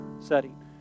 setting